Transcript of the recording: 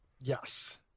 Yes